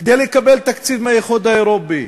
כדי לקבל תקציבים מהאיחוד האירופי.